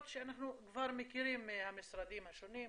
שאנחנו כבר מכירים מהמשרדים השונים,